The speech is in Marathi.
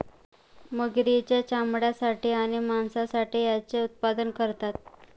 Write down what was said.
मगरींच्या चामड्यासाठी आणि मांसासाठी याचे उत्पादन करतात